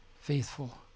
faithful